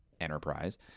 enterprise